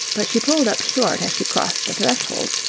but she pulled up short as she crossed the threshold,